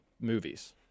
movies